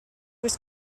was